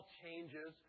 changes